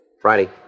Friday